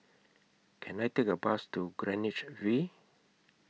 Can I Take A Bus to Greenwich V